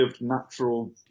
natural